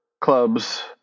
clubs